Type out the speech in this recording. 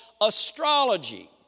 astrology